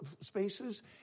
spaces